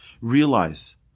Realize